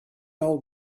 old